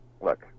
look